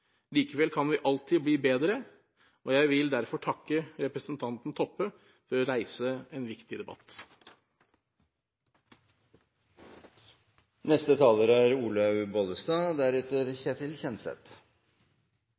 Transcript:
likevel kan vi alltid bli bedre. Jeg vil derfor takke representanten Toppe for å reise en viktig debatt. Den offentlige debatten har avdekket en ledelseskultur ved flere sykehus og i kommuner som gjør det er